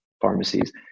pharmacies